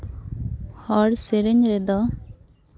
ᱦᱚᱲ ᱥᱮᱨᱮᱧ ᱨᱮᱫᱚ